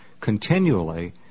continually